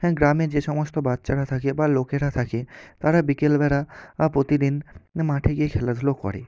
হ্যাঁ গ্রামে যে সমস্ত বাচ্চারা থাকে বা লোকেরা থাকে তারা বিকেলবেলা প্রতিদিন মাঠে গিয়ে খেলাধুলো করে